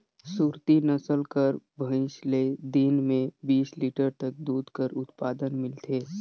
सुरती नसल कर भंइस ले दिन में बीस लीटर तक दूद कर उत्पादन मिलथे